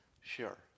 sure